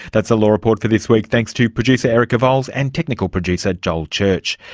that's the law report for this week. thanks to producer erica vowles, and technical producer, joel church.